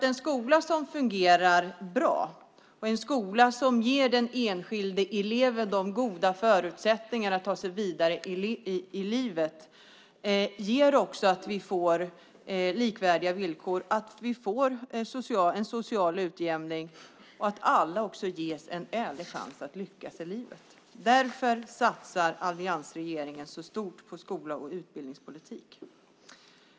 En skola som fungerar bra och ger den enskilda eleven goda förutsättningar att ta sig vidare i livet gör också att vi får likvärdiga villkor och en social utjämning och att alla får en ärlig chans att lyckas i livet. Därför satsar alliansregeringen så stort på skola och utbildningspolitik.